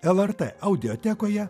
lrt audiotekoje